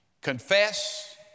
Confess